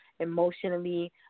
emotionally